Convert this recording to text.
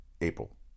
April